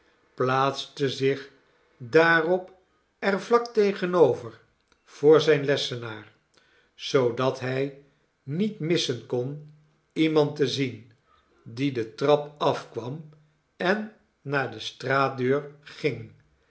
plaatste zich daarop er vlak tegenover voor zijn lessenaar zoodat hij niet missen kon iemand te zien die de trap af kwam en naar de straatdeur ging